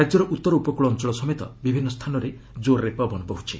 ରାଜ୍ୟର ଉତ୍ତର ଉପକୃଳ ଅଞ୍ଚଳ ସମେତ ବିଭିନ୍ନ ସ୍ଥାନରେ କୋର୍ରେ ପବନ ବହୁଛି